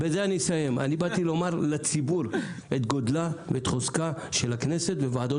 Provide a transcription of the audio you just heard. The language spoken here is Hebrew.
באתי לומר לציבור את גודלה וחוזקה של הכנסת ו-וועדות